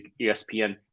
ESPN